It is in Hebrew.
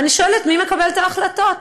ואני שואלת: מי מקבל את ההחלטות?